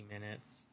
minutes